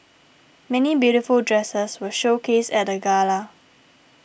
many beautiful dresses were showcased at the gala